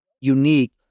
unique